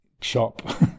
shop